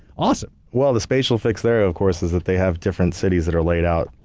awesome. well the spacial fix there of course is that they have different cities that are laid out,